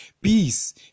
Peace